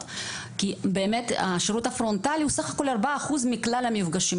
כי באמת השירות הפרונטלי הוא סה"כ 4% מכלל המפגשים.